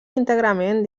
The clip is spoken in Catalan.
íntegrament